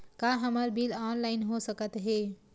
का हमर bill online हो सकत हे?